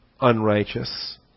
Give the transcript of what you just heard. unrighteous